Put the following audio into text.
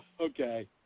okay